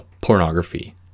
pornography